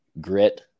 grit